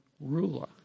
ruler